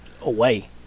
away